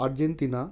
Argentina